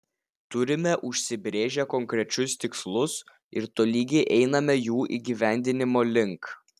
turime užsibrėžę konkrečius tikslus ir tolygiai einame jų įgyvendinimo link